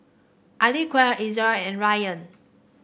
Aqilah Zikri and Ryan